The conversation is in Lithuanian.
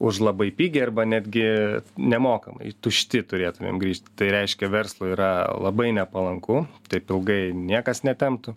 už labai pigiai arba netgi nemokamai tušti turėtumėm grįžti tai reiškia verslui yra labai nepalanku taip ilgai niekas netemptų